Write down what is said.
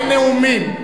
אין נאומים.